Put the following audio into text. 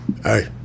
Hey